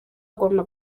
bagomba